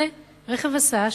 רכב הסעה,